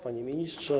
Panie Ministrze!